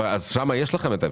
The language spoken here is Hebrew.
שם יש לכם את האפשרות.